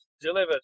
Delivered